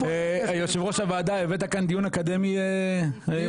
יושב-ראש הוועדה הבאת כאן דיון אקדמי פורה.